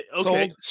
okay